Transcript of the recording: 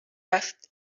رفت